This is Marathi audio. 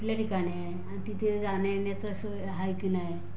कुठल्या ठिकाणी आहे आणि तिथे जाण्यायेण्याचं सोय आहे की नाही